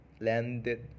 landed